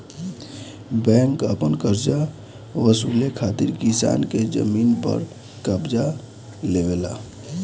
bank अपन करजा वसूले खातिर किसान के जमीन पर कब्ज़ा लेवेला